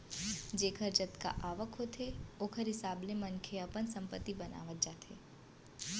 जेखर जतका आवक होथे ओखर हिसाब ले मनखे ह अपन संपत्ति बनावत जाथे